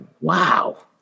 wow